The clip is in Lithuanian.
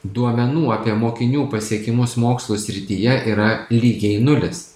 duomenų apie mokinių pasiekimus mokslo srityje yra lygiai nulis